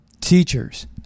teachers